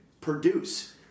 produce